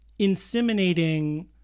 inseminating